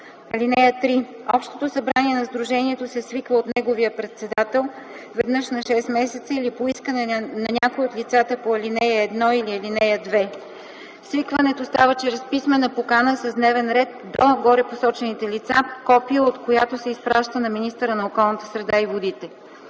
глас. (3) Общото събрание на сдружението се свиква от неговия председател веднъж на 6 месеца или по искане на някое от лицата по ал. 1 или ал. 2. Свикването става чрез писмена покана с дневен ред до горепосочените лица, копие от която се изпраща на министъра на околната среда и водите.